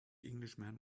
englishman